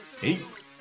Peace